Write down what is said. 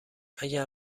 اگر